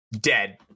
dead